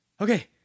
Okay